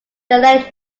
belair